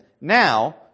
now